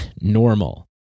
normal